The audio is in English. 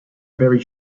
very